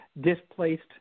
displaced